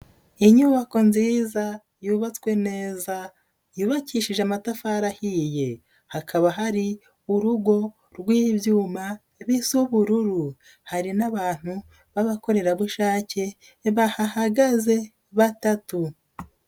Inyubako nziza, yubatswe neza, yubakishije amatafari ahiye. Hakaba hari urugo rw'ibyuma bisa ubururu. Hari n'abantu b'abakorerabushake bahahagaze batatu.